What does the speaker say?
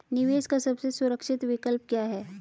निवेश का सबसे सुरक्षित विकल्प क्या है?